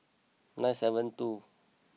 nine seven two